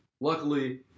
luckily